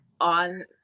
on